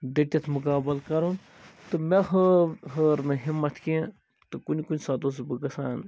ڈتِتھ مُقابل کَرُن تہٕ مےٚ ہٲو ہٲر نہٕ ہمت کیٚنٛہہ تہٕ کُنہ کُنہ ساتہٕ اوسُس بہٕ گَژھان